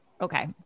okay